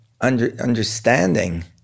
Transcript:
understanding